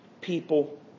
people